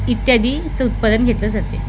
इत्यादीचं उत्पादन घेतलं जाते